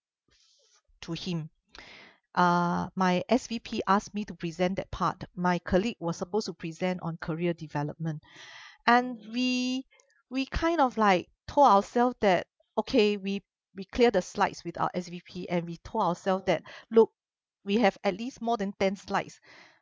to him uh my S_V_P asked me to present that part my colleague was supposed to present on career development and we we kind of like told ourselves that okay we we clear the slides with our S_V_P and we told ourselves that look we have at least more than ten slides